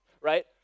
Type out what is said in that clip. right